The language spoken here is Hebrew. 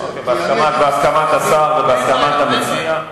בהסכמת השר ובהסכמת המציע.